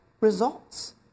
results